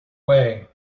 way